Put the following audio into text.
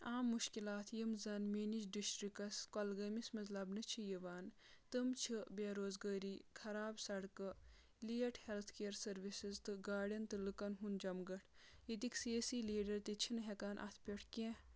عام مُشکِلات یِم زَن میٲنِس ڈِسٹرکس کۄلگٲمِس منٛز لَبنہٕ چھِ یِوان تٔمۍ بے روزگٲری خراب سڑکہٕ لیٹ ہیٚلتھ کِیر سٔروِسِز تہٕ گاڑؠن تہٕ لُکن ہُنٛد جمگٹھ ییٚتِکۍ سی اؠس سی لیٖڈَر تہِ چھِنہٕ ہؠکان اَتھ پؠٹھ کینٛہہ